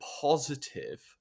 positive